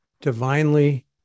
divinely